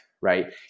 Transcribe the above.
right